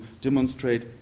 demonstrate